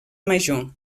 major